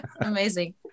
Amazing